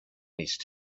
these